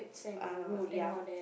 ah ya